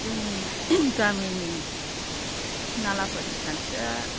जोंनि गामिनि नालाफोरनि खान्थिया